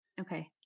Okay